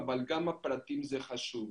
אבל גם הפרטים זה חשוב,